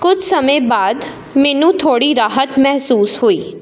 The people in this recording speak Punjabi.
ਕੁੱਛ ਸਮੇਂ ਬਾਅਦ ਮੈਨੂੰ ਥੋੜ੍ਹੀ ਰਾਹਤ ਮਹਿਸੂਸ ਹੋਈ